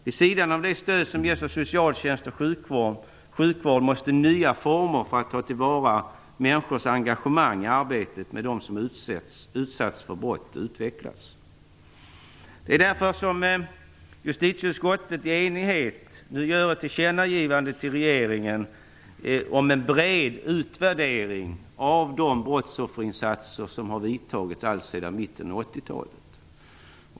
Vid sidan av det stöd som ges av socialtjänst och sjukvård måste nya former för att ta till vara människors engagemang i arbetet med dem som utsatts för brott utvecklas. Det är därför som justitieutskottet i enighet vill göra ett tillkännagivande till regeringen om en bred utvärdering av de brottsofferinsatser som har vidtagits allt sedan mitten av 80-talet.